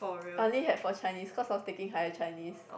I only had for Chinese cause I was taking higher Chinese